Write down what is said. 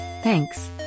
Thanks